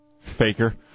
Faker